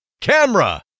camera